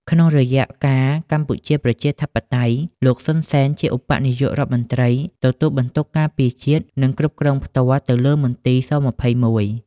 ក្នុងរយៈកាលកម្ពុជាប្រជាធិបតេយ្យ លោក សុន សេន ជាឧបនាយក រដ្ឋមន្ត្រី ទទួលបន្ទុកការពារជាតិនិង គ្រប់គ្រងផ្ទាល់ទៅលើមន្ទីរ ស-២១ ។